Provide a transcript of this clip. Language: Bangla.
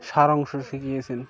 সার অংশ শিখিয়েছেন